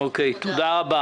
תודה רבה